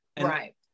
Right